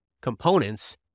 components